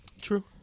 True